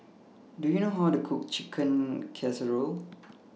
Do YOU know How to Cook Chicken Casserole